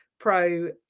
pro